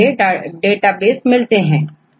कौन सा database nucleic acid sequence को डील करता है